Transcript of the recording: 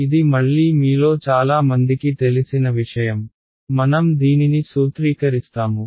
ఇది మళ్లీ మీలో చాలా మందికి తెలిసిన విషయం మనం దీనిని సూత్రీకరిస్తాము